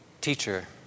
Teacher